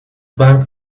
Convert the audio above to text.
bank